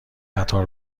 قطار